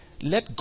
Let